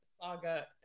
saga